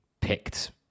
picked